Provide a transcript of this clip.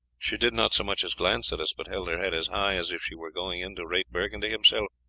she did not so much as glance at us, but held her head as high as if she were going in to rate burgundy himself.